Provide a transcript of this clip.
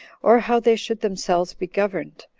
or how they should themselves be governed,